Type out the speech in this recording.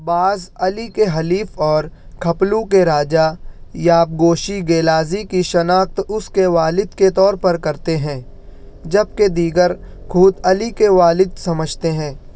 بعض علی کے حلیف اور خپلو کے راجا یابگو شی گیلازی کی شناخت اس کے والد کے طور پر کرتے ہیں جبکہ دیگر خود علی کے والد سمجھتے ہیں